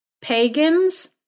pagans